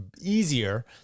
easier